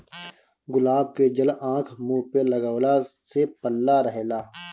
गुलाब के जल आँख, मुंह पे लगवला से पल्ला रहेला